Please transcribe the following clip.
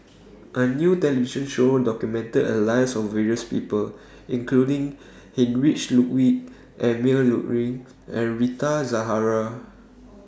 A New television Show documented The Lives of various People including Heinrich Ludwig Emil Luering and Rita Zahara